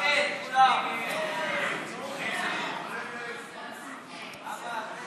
ההסתייגות של חברת הכנסת קארין אלהרר